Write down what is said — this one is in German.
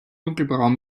dunkelbraun